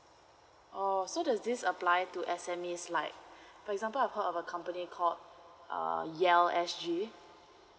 orh so does this apply to S_M_Es like for example I heard of a company called uh yell S G